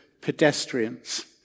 Pedestrians